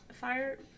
fire